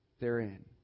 therein